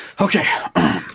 okay